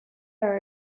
are